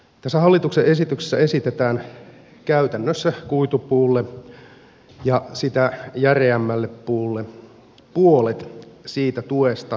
tässä hallituksen esityksessä esitetään käytännössä kuitupuulle ja sitä järeämmälle puulle puolet siitä tuesta mitä energiapuulle maksetaan